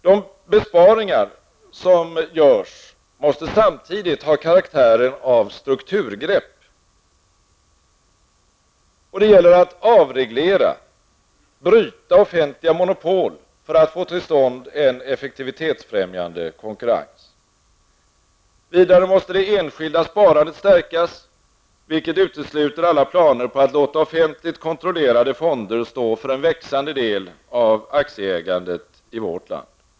De besparingar som görs måste samtidigt ha karaktären av strukturgrepp. Det gäller att avreglera och bryta offentliga nomopol för att få till stånd en effektivitetsfrämjande konkurrens. Vidare måste det enskilda sparandet stärkas, vilket utesluter alla planer på att låta offentligt kontrollerade fonder stå för en växande del av aktieägandet i vårt land.